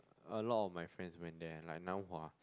a lot of my friends went there like Nan-Hua